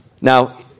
Now